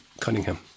Cunningham